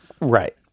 Right